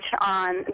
on